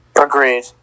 Agreed